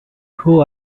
who